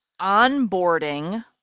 onboarding